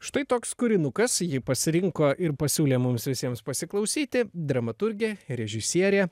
štai toks kūrinukas jį pasirinko ir pasiūlė mums visiems pasiklausyti dramaturgė režisierė